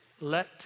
let